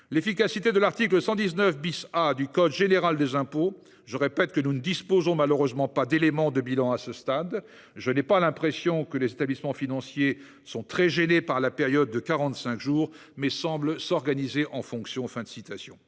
l'efficacité de l'article 119 A du code général des impôts »:« Je répète que nous ne disposons malheureusement pas d'éléments de bilan à ce stade. Je n'ai pas l'impression que les établissements financiers sont très gênés par la période de quarante-cinq jours, mais semblent s'organiser en fonction.